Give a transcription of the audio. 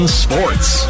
sports